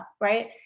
right